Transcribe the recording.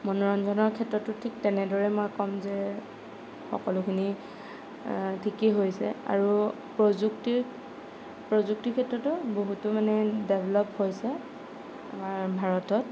মনোৰঞ্জনৰ ক্ষেত্ৰতো ঠিক তেনেদৰে মই ক'ম যে সকলোখিনি ঠিকেই হৈছে আৰু প্ৰযুক্তিৰ প্ৰযুক্তিৰ ক্ষেত্ৰটো বহুতো মানে ডেভেল'প হৈছে আমাৰ ভাৰতত